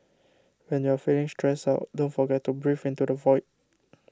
when you are feeling stressed out don't forget to breathe into the void